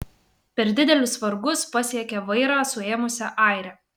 per didelius vargus pasiekė vairą suėmusią airę